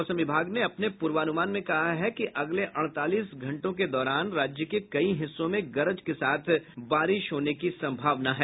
मौसम विभाग ने अपने पूर्वानुमान में कहा है कि अगले अड़तालीस घंटे के दौरान राज्य के कई हिस्सों में गरज के साथ बारिश हो सकती है